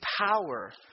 power